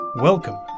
Welcome